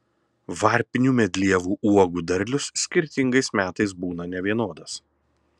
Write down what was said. varpinių medlievų uogų derlius skirtingais metais būna nevienodas